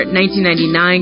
1999